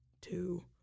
Two